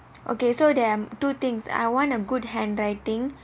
okay so they are two things do I want a good handwriting